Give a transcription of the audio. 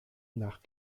nach